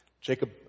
Jacob